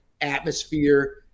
atmosphere